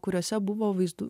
kuriuose buvo vaizdų